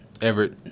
Everett